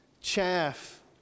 chaff